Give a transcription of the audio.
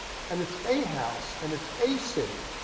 and it's a house, and it's a city.